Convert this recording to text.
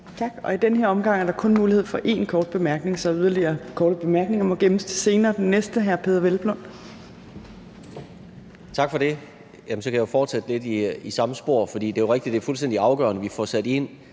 Tak. I den her omgang er der kun mulighed for én kort bemærkning, så yderligere korte bemærkninger må gemmes til senere. Den næste er hr. Peder Hvelplund. Kl. 15:56 Peder Hvelplund (EL): Tak for det. Så kan jeg fortsætte lidt i samme spor, for det er jo rigtigt, at det er fuldstændig afgørende, at vi får sat ind